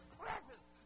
presence